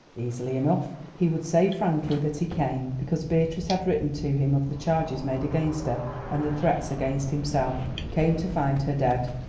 easily enough. he would say frankly that he came because beatrice had written to him of the charges made against her and the threats against himself came to find her dead.